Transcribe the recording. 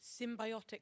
symbiotic